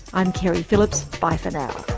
i'm keri phillips, bye for now